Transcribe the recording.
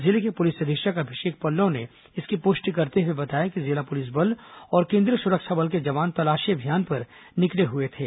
जिले के पुलिस अधीक्षक अभिषेक पल्लव ने इसकी पुष्टि करते हुए बताया कि जिला पुलिस बल और केंद्रीय सुरक्षा बल के जवान तलाशी अभियान पर निकले हुए थे